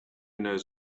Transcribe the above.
knows